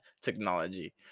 Technology